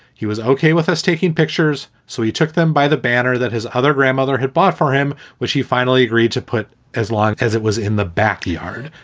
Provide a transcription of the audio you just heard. he was ok with us taking pictures. so he took them by the banner that his other grandmother had bought for him, which he finally agreed to put as long as it was in the backyard,